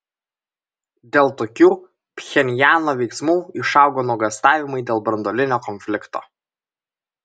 dėl tokių pchenjano veiksmų išaugo nuogąstavimai dėl branduolinio konflikto